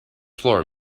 floor